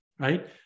right